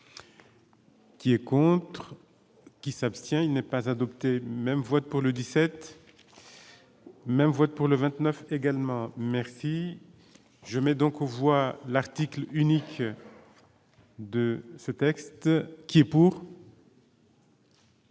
Qui est contre qui s'abstient, il n'est pas adopté même vote pour le 17 même vote pour le 29 également, merci, je mets donc on voit l'article unique. De ce texte qui est pour.